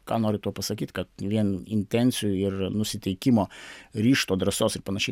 ką noriu tuo pasakyt kad vien intencijų ir nusiteikimo ryžto drąsos ir panašiai